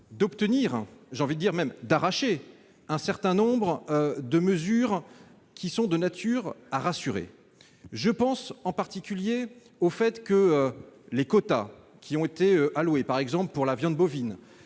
d'obtenir- j'ai même envie de dire « d'arracher » -un certain nombre de mesures propres à rassurer. Je pense en particulier au fait que les quotas qui ont été alloués, par exemple pour la viande bovine,